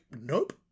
nope